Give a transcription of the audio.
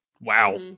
wow